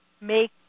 make